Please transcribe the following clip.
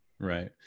Right